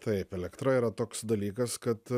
taip elektra yra toks dalykas kad